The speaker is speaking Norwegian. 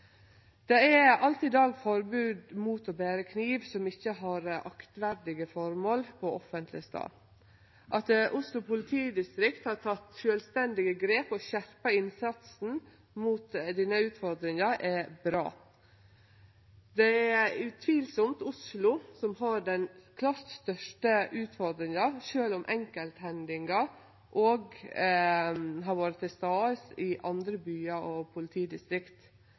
Det er alt i dag forbod mot å bere kniv som ikkje har aktverdige formål på offentleg stad. At Oslo politidistrikt har teke sjølvstendige grep og skjerpa innsatsen mot denne utfordringa, er bra. Det er utvilsamt Oslo som har den klart største utfordringa, sjølv om enkelthendingar òg har skjedd i andre byar og politidistrikt.